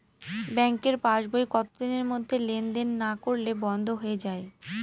ব্যাঙ্কের পাস বই কত দিনের মধ্যে লেন দেন না করলে বন্ধ হয়ে য়ায়?